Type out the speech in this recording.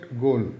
goal